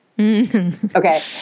Okay